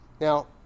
Now